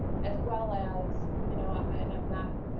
as well as you know, and i'm not,